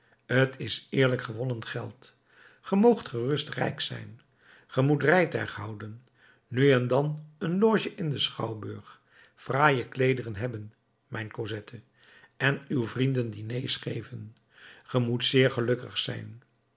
t is eerlijk gewonnen geld ge moogt gerust rijk zijn ge moet rijtuig houden nu en dan een loge in den schouwburg fraaie kleederen hebben mijn cosette en uw vrienden diners geven ge moet zeer gelukkig zijn